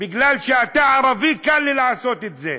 מכיוון שאתה ערבי, קל לי לעשות את זה.